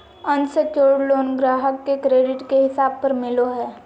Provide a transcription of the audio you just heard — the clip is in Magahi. अनसेक्योर्ड लोन ग्राहक के क्रेडिट के हिसाब पर मिलो हय